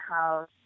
house